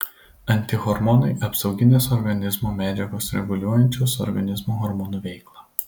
antihormonai apsauginės organizmo medžiagos reguliuojančios organizmo hormonų veiklą